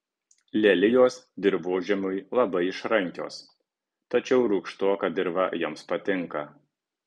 lelijos dirvožemiui labai išrankios tačiau rūgštoka dirva joms patinka